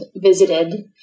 visited